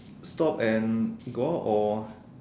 stop and go out or